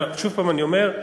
אבל שוב אני אומר,